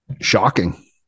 shocking